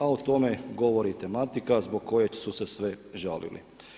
A o tome govori i tematika zbog kojeg su se sve žalili.